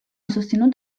susținut